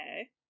Okay